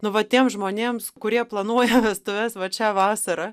nu vat tiems žmonėms kurie planuoja vestuves vat šią vasarą